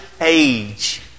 age